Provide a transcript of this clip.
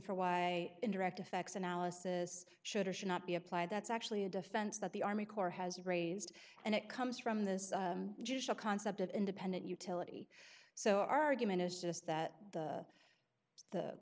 for why indirect effects analysis should or should not be applied that's actually a defense that the army corps has raised and it comes from the judicial concept of independent utility so our argument is just that the